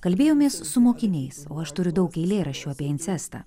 kalbėjomės su mokiniais o aš turiu daug eilėraščių apie incestą